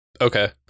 Okay